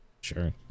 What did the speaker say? Sure